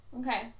Okay